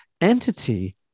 entity